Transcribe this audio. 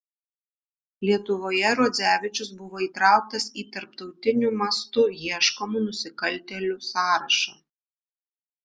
lietuvoje rodzevičius buvo įtrauktas į tarptautiniu mastu ieškomų nusikaltėlių sąrašą